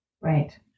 Right